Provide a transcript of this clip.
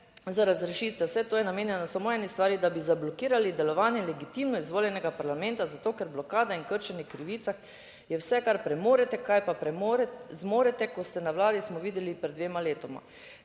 za razrešitev, vse to je namenjeno samo eni stvari, da bi zablokirali delovanje legitimno izvoljenega parlamenta, zato ker blokada in krčenje krivica je vse, kar premorete. Kaj pa premore, zmorete, ko ste na vladi, smo videli pred dvema letoma.